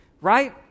Right